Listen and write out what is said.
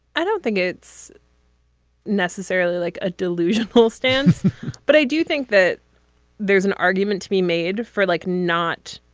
i don't think it's necessarily like a delusional stance but i do think that there's an argument to be made for like not